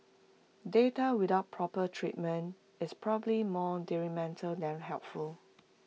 data without proper treatment is probably more detrimental than helpful